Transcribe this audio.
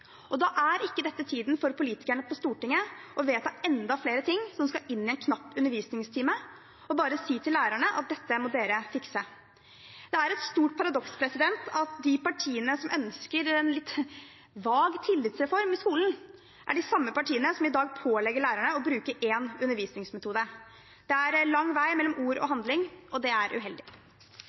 dybdelæring. Da er ikke dette tiden for politikerne på Stortinget til å vedta enda flere ting som skal inn i en knapp undervisningstime, og bare si til lærerne at dette må de fikse. Det er et stort paradoks at de partiene som ønsker en litt vag tillitsreform i skolen, er de samme partiene som i dag pålegger lærerne å bruke én undervisningsmetode. Det er lang vei mellom ord og handling, og det er uheldig.